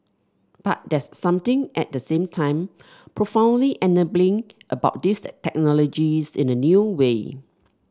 but there's something at the same time profoundly enabling about these technologies in a new way